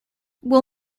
will